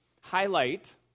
highlight